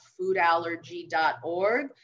foodallergy.org